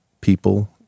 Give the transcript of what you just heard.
people